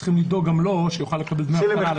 צריכים לדאוג גם לו שיוכל לקבל דמי אבטלה.